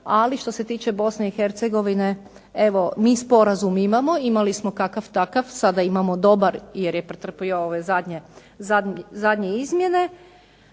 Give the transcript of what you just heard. Ali što se tiče Bosne i Hercegovine evo mi sporazum imamo, imali smo kakav takav, sada imamo dobar jer je pretrpio ove zadnje izmjene.